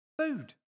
Food